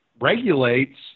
regulates